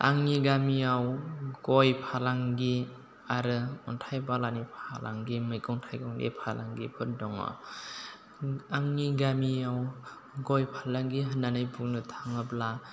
आंनि गामियाव गय फालांगि आरो अन्थाइ बालानि फालांगि मैगं थाइगंनि फालांगिफोर दङ आंनि गामियाव गय फालांगि होन्नानै बुंनो थाङोब्ला